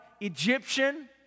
Egyptian